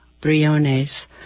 Briones